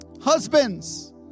husbands